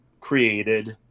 created